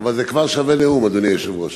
אבל זה כבר שווה נאום, אדוני היושב-ראש.